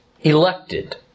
elected